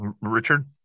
Richard